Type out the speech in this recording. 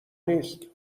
نیست